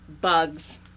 bugs